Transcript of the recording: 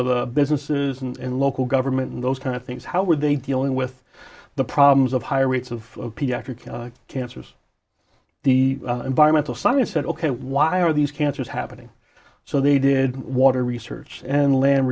of the businesses and local government and those kind of things how were they dealing with the problems of higher rates of pediatric cancers the environmental science said ok why are these cancers happening so they did water research and land